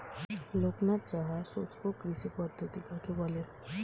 লোকনাথ সাহা শুষ্ককৃষি পদ্ধতি কাকে বলে?